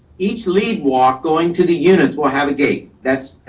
each lead walk going to the units will have a gate. that's